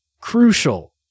crucial